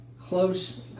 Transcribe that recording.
close